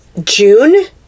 June